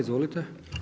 Izvolite.